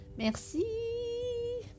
Merci